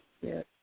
Yes